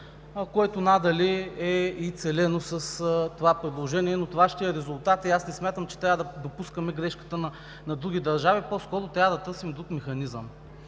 което едва ли е целено с това предложение, но това ще е резултатът и аз не смятам, че трябва да допускаме грешката на други държави, по-скоро трябва да търсим друг механизъм.